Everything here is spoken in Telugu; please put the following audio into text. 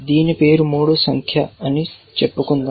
దీని పేరు 3 అని చెప్పుకుందాం